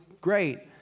great